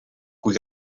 kui